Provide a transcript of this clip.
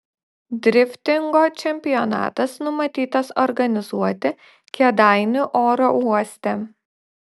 driftingo čempionatas numatytas organizuoti kėdainių oro uoste